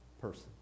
person